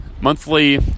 monthly